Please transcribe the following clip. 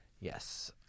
yes